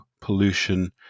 pollution